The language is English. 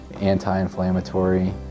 anti-inflammatory